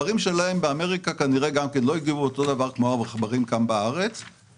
המחקרים מראים שהמשקאות הדיאטטיים הם לא כמו משקאות עם סוכר,